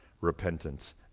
repentance